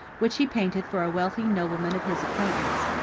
which he painted for a wealthy nobleman of his acquaintance.